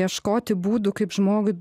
ieškoti būdų kaip žmogui